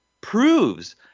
proves